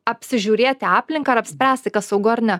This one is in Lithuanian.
apsižiūrėti aplinką ir apspręsti kas saugu ar ne